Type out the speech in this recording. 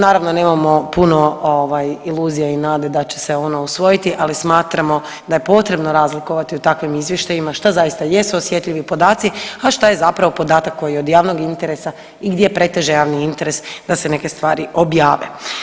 Naravno, nemamo puno iluzija i nada da će se ono usvojiti, ali smatramo da je potrebno razlikovati u takvim izvještajima šta zaista jesu osjetljivi podaci, a šta je zapravo podatak koji je od javnog interesa i gdje preteže javni interes da se neke stvari objave.